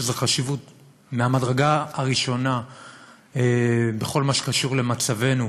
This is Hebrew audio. יש לזה חשיבות מהמדרגה הראשונה בכל מה שקשור למצבנו